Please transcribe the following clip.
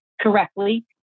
correctly